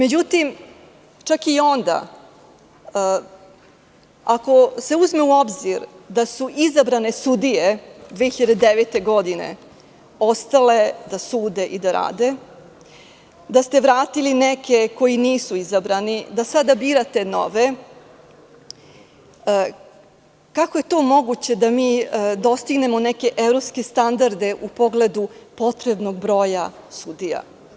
Ako se uzme u obzir da su izabrane sudije 2009. godine ostale da sude i da rade, da ste vratili neke koji nisu izabrani, da sada birate nove, kako je to moguće da mi dostignemo neke evropske standarde u pogledu potrebnog broja sudija?